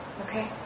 Okay